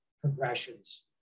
progressions